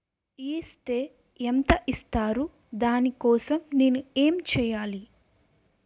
Is తే ఎంత ఇస్తారు దాని కోసం నేను ఎంచ్యేయాలి?